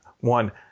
One